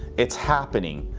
it's happening,